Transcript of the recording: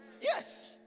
Yes